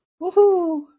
Woohoo